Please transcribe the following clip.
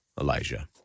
Elijah